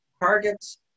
targets